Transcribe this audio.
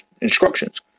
instructions